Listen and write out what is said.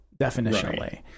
definitionally